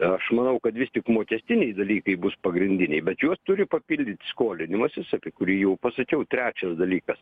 aš manau kad visi mokestiniai dalykai bus pagrindiniai bet juos turi papildyt skolinimasis apie kurį jau pasakiau trečias dalykas